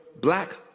black